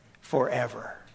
forever